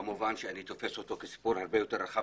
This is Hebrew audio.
כמובן שאני תופס אותו כסיפור הרבה יותר רחב